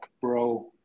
Bro